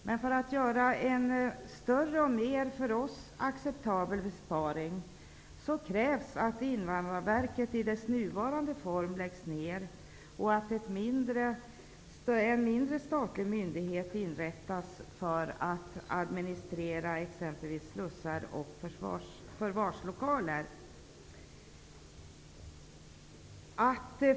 Men för en större och för oss mera acceptabel besparing krävs det att Invandrarverket i sin nuvarande form läggs ner och att en statlig mindre verksamhet inrättas för administrationen av exempelvis slussar och förvarslokaler.